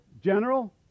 general